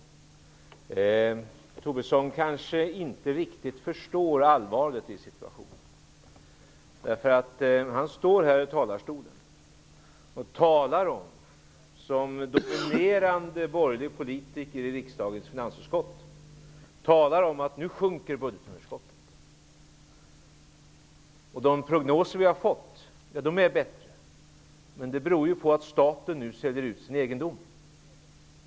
Herr Tobisson kanske inte riktigt förstår allvaret i situationen. Som ledande borgerlig politiker i riksdagens finansutskott talar han om att budgetunderskottet nu sjunker och att de prognoser vi nu har fått är bättre. Men det beror på att staten säljer ut sin egendom.